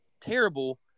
terrible